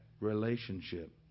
relationship